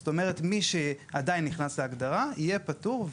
זאת אומרת, מי שעדיין נכנס להגדרה יהיה פטור.